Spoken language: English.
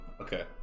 Okay